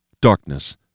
Darkness